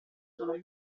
sono